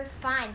fun